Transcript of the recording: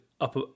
up